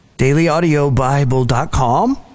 dailyaudiobible.com